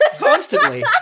Constantly